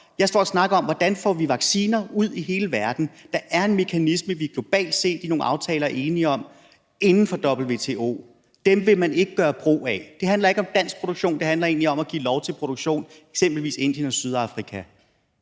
Jeg står og snakker om, hvordan vi får vacciner ud i hele verden. Der er en mekanisme, vi globalt set i nogle aftaler er enige om inden for WTO. Dem vil man ikke gøre brug af. Det handler ikke om dansk produktion. Det handler egentlig om at give lov til produktion i eksempelvis Indien og Sydafrika.